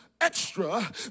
extra